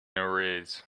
arrears